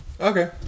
okay